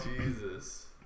jesus